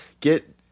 get